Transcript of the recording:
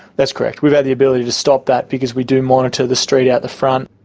that's correct. we've had the ability to stop that because we do monitor the street out the front.